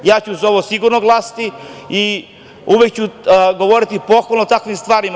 Ja ću za ovo sigurno glasati i uvek ću govoriti pohvalno o takvim stvarima.